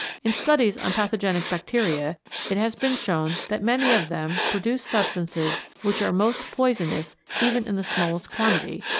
in studies on pathogenic bacteria it has been shown that many of them produce substances which are most poisonous even in the smallest quantity,